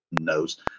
knows